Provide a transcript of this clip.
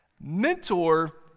Mentor